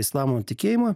islamo tikėjimą